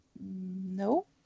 No